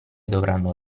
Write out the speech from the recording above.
dovranno